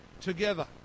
together